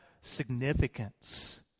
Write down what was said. significance